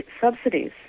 subsidies